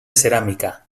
ceràmica